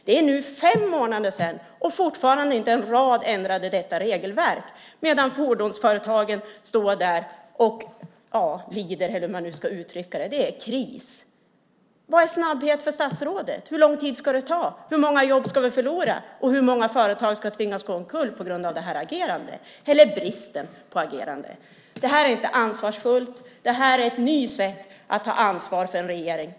Det är nu fem månader sedan, och fortfarande är inte en rad ändrad i detta regelverk medan företagen lider. Det är kris. Vad är snabbhet för statsrådet? Hur lång tid ska det ta? Hur många jobb ska vi förlora? Hur många företag ska tvingas gå omkull på grund av det här agerandet, eller bristen på agerande? Det här är inte ansvarsfullt. Det här är ett nytt sätt att ta ansvar för en regering.